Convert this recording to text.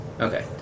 Okay